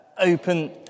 open